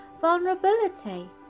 vulnerability